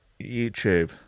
YouTube